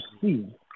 see